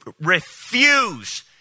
refuse